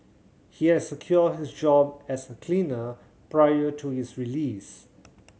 he had secured his job as a cleaner prior to his release